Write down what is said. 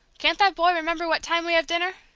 can't that boy remember what time we have dinner?